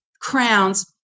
crowns